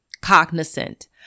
cognizant